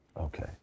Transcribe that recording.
Okay